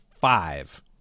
five